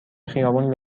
خیابون